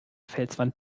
felswand